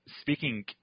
speaking